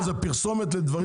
מה זה, פרסומות לדברים